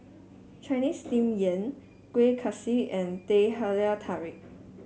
Chinese Steamed Yam Kueh Kaswi and Teh Halia Tarik